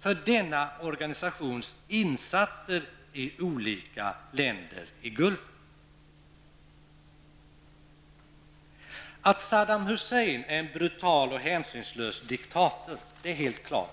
för denna organisations insatser i olika länder i Gulfen? Att Saddam Hussein är en brutal och hänsynslös diktator, är helt klart.